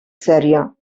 serio